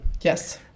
Yes